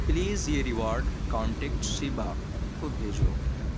please یہ reward contact Shiba کو بھیجو